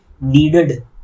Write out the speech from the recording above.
needed